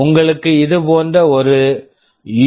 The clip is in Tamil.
உங்களுக்கு இது போன்ற ஒரு யூ